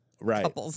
right